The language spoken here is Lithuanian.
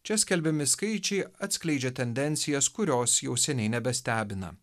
čia skelbiami skaičiai atskleidžia tendencijas kurios jau seniai nebestebina